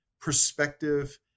perspective